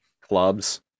clubs